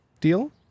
deal